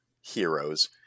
heroes